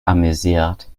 amüsiert